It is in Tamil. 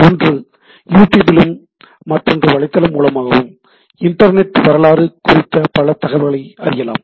ஒன்று யூடியூபிலும் மற்றொன்று வலைத்தளம் மூலமாகவும் இன்டர்நெட் வரலாறு குறித்த பல தகவல்களை அறியலாம்